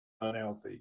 unhealthy